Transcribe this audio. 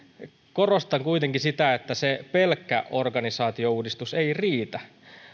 korostan kuitenkin sitä että pelkkä organisaatiouudistus ei riitä